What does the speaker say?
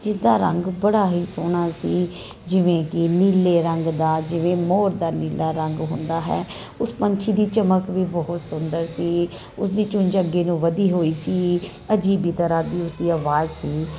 ਜਿਸ ਦਾ ਰੰਗ ਬੜਾ ਹੀ ਸੋਹਣਾ ਸੀ ਜਿਵੇਂ ਕੀ ਨੀਲੇ ਰੰਗ ਦਾ ਜਿਵੇਂ ਮੋਰ ਦਾ ਨੀਲਾ ਰੰਗ ਹੁੰਦਾ ਹੈ ਉਸ ਪੰਛੀ ਦੀ ਚਮਕ ਵੀ ਬਹੁਤ ਸੁੰਦਰ ਸੀ ਉਸਦੀ ਚੁੰਝ ਅੱਗੇ ਨੂੰ ਵਧੀ ਹੋਈ ਸੀ ਅਜੀਬ ਈ ਤਰ੍ਹਾਂ ਦੀ ਉਸਦੀ ਅਵਾਜ਼ ਸੀ